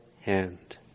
hand